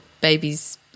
babies